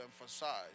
emphasize